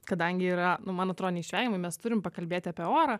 kadangi yra nu man atrodo neišvengiamai mes turim pakalbėti apie orą